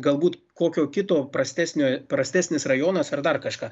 galbūt kokio kito prastesnio prastesnis rajonas ar dar kažką